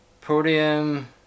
Podium